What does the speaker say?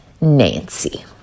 Nancy